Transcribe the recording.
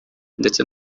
ndetse